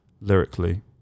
lyrically